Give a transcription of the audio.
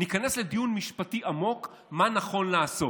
ניכנס לדיון משפטי עמוק, מה נכון לעשות,